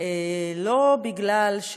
לא כי יש